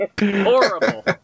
Horrible